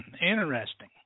Interesting